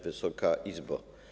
Wysoka Izbo!